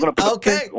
Okay